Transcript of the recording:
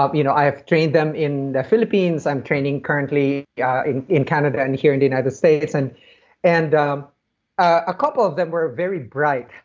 um you know i've trained them in the philippines, i'm training currently yeah in in canada and here in the united states. and and um a couple of them were very bright.